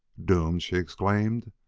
doomed? she exclaimed.